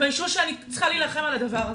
תתביישו שאני צריכה להילחם על הדבר הזה.